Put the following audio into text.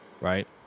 right